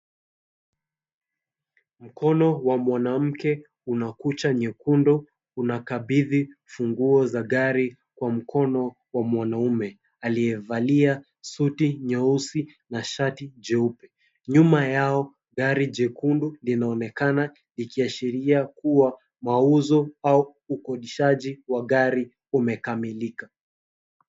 Mkono wa mwanamke, una kucha nyekundu unakabidhi funguo za gari kwa mkono wa mwanaume aliyevalia suti nyeusi na shati jeupe, nyuma yao gari jekundu linaonekana likiashiria mauzo au ukodishaji wa gari umekamilika.